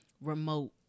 remote